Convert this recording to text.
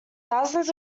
thousands